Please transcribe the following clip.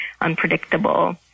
unpredictable